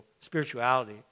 spirituality